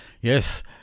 yes